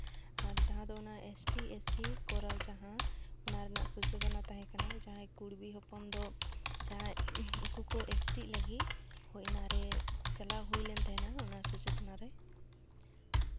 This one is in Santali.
ᱟᱨ ᱡᱟᱦᱟᱸ ᱫᱚ ᱚᱱᱟ ᱮᱥ ᱴᱤ ᱮᱥ ᱥᱤ ᱠᱚᱨᱟᱣ ᱡᱟᱦᱟᱸ ᱚᱱᱟ ᱨᱮᱱᱟᱜ ᱥᱚᱪᱮᱛᱚᱱᱟ ᱛᱟᱦᱮᱸᱠᱟᱱᱟ ᱡᱟᱦᱟᱸᱭ ᱠᱩᱬᱵᱤ ᱦᱚᱯᱚᱱ ᱫᱚ ᱡᱟᱦᱟᱸᱭ ᱩᱱᱠᱩ ᱠᱚ ᱮᱥ ᱴᱤᱜ ᱞᱟᱹᱜᱤᱫ ᱦᱳᱭ ᱚᱱᱟᱨᱮ ᱪᱟᱞᱟᱣ ᱦᱩᱭᱞᱮᱱ ᱛᱟᱦᱮᱱᱟ ᱚᱱᱟ ᱥᱚᱪᱮᱛᱚᱱᱟ ᱨᱮ